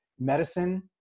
medicine